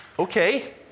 Okay